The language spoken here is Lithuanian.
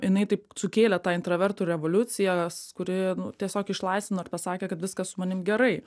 jinai taip sukėlė tą intravertų revoliuciją s kuri nu tiesiog išlaisvino ir pasakė kad viskas su manim gerai